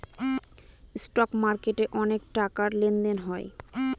stock মার্কেটে অনেক টাকার লেনদেন হয়